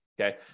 okay